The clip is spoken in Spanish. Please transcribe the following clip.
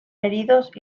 heridos